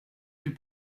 plus